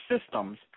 systems